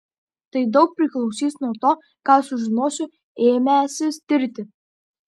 tai daug priklausys nuo to ką sužinosiu ėmęsis tirti